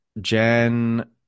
Jen